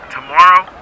Tomorrow